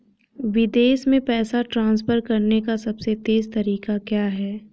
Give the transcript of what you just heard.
विदेश में पैसा ट्रांसफर करने का सबसे तेज़ तरीका क्या है?